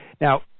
Now